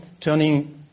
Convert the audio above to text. turning